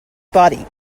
body